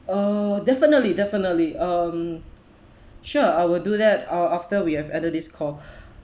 uh definitely definitely um sure I will do that uh after we have ended this call